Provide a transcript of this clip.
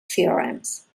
theorems